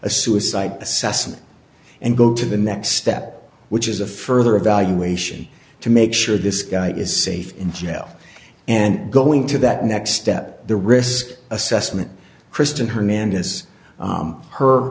a suicide assessment and go to the next step which is a further evaluation to make sure this guy is safe in jail and going to that next step the risk assessment kristen hernandez her her